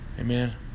Amen